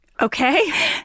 Okay